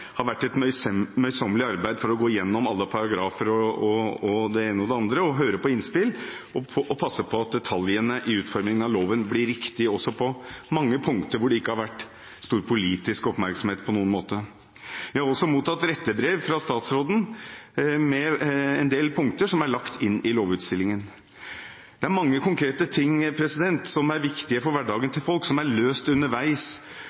har vært et møysommelig arbeid med å gå igjennom alle paragrafer osv., høre på innspill og passe på at detaljene i utformingen av loven blir riktige – også på mange punkter hvor det ikke har vært stor politisk oppmerksomhet på noen måte. Vi har også mottatt rettebrev fra statsråden med en del punkter som er lagt inn i lovinnstillingen. Det er mange konkrete ting som er viktige for hverdagen til folk som er løst underveis